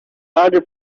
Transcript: other